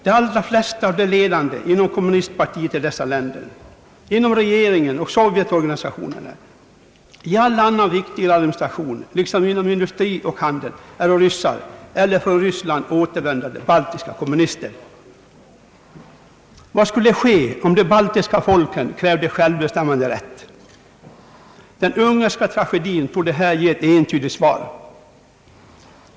De allra flesta av de ledande inom kommunistpartiet i dessa länder, inom regeringen och sovjetorganisationen, i all annan viktigare administration liksom inom industri och handel är ryssar eller från Ryssland återvända baltiska kommunister. Vad skulle ske om de baltiska folken krävde självbestämmanderätt? Den ungerska tragedin torde här ge ett entydigt svar.